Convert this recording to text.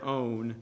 own